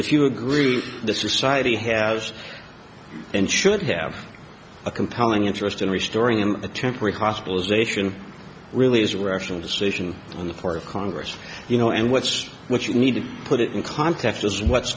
if you agree the society has and should have a compelling interest in restoring an attempt rehospitalization really is rational decision on the floor of congress you know and what's what you need to put it in context is what's